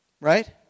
Right